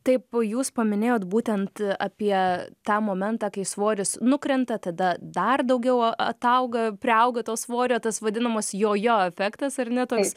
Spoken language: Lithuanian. taip jūs paminėjot būtent apie tą momentą kai svoris nukrenta tada dar daugiau atauga priauga to svorio tas vadinamas jojo efektas ar ne toks